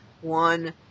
one